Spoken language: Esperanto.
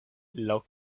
laŭ